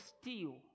steal